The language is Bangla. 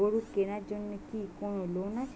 গরু কেনার জন্য কি কোন লোন আছে?